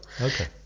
Okay